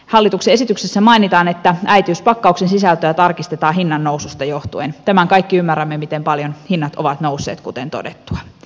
hallituksen esityksessä mainitaan että äitiyspakkauksen sisältöä tarkistetaan hinnannoususta johtuen tämän kaikki ymmärrämme miten paljon hinnat ovat nousseet kuten todettua